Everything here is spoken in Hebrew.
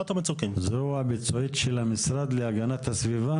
ועל סכנת הרס של מצוקי החוף,